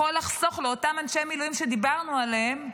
יכול לחסוך לאותם אנשי מילואים שדיברנו עליהם,